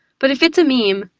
but if it's a meme,